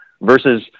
versus